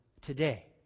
Today